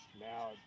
now